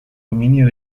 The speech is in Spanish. dominio